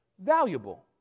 Valuable